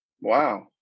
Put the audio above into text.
Wow